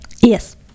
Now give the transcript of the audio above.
Yes